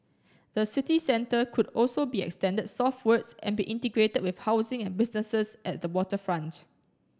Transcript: the city centre could also be extended southwards and be integrated with housing and businesses at the waterfront